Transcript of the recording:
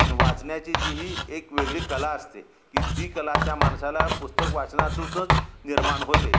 वाचण्याची जी ही एक वेगळी कला असते की ती कला त्या माणसाला पुस्तक वाचनातूनच निर्माण होते